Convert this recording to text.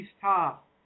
top